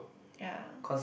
ya